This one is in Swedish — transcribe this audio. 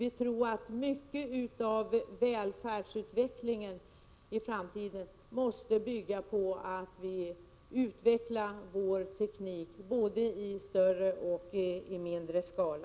Vi tror att mycket av välfärdsutvecklingen i framtiden måste bygga på att vi utvecklar vår teknik både i större och mindre skala.